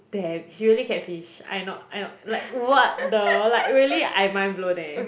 damn she really can't finish I not I not like what the like really I mind blown eh